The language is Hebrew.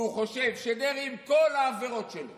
והוא חושב שדרעי, עם כל העבירות שלו